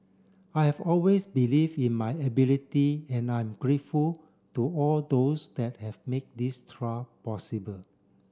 I have always believe in my ability and I'm grateful to all those that have made this trial possible